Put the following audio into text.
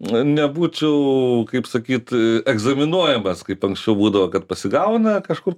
nebūčiau kaip sakyt egzaminuojamas kaip anksčiau būdavo kad pasigauna kažkur